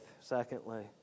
secondly